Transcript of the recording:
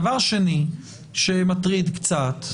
דבר שני שמטריד קצת